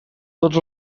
tots